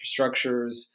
infrastructures